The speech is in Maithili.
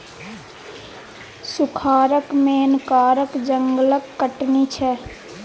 सुखारक मेन कारण जंगलक कटनी छै